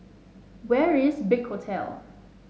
where is Big Hotel